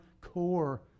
core